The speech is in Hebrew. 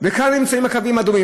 וכאן נמצאים הקווים האדומים.